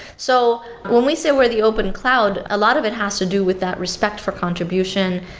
so when we say we're the open cloud, a lot of it has to do with that respect for contribution,